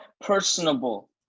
personable